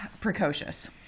precocious